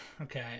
Okay